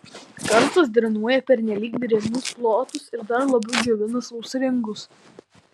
karstas drenuoja pernelyg drėgnus plotus ir dar labiau džiovina sausringus